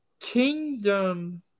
kingdom